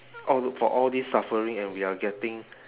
all look for all these suffering and we are getting